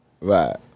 Right